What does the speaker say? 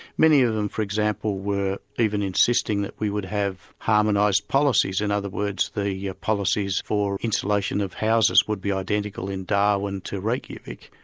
many of them for example were even insisting that we would have harmonised policies, in other words the yeah policies for insulation of houses would be identical in darwin to reykjavik.